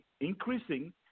increasing